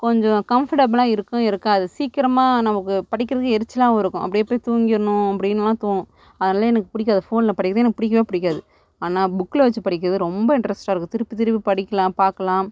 கொஞ்சம் கம்ஃபர்டபுளாக இருக்கவும் இருக்காது சீக்கிரமாக நமக்கு படிக்கிறதுக்கு எரிச்சலாகவும் இருக்கும் அப்படியே போய் தூங்கிடணும் அப்படினுலாம் தோணும் அதனால எனக்கு பிடிக்காது ஃபோனில் படிக்கிறது எனக்கு பிடிக்கவே பிடிக்காது ஆனால் புக்கில் வச்சு படிக்கிறது ரொம்ப இன்ட்ரெஸ்ட்டாக இருக்கும் திருப்பி திருப்பி படிக்கலாம் பார்க்கலாம்